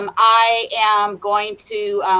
um i am going to,